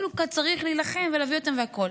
כאילו כאן צריך להילחם ולהביא אותם והכול,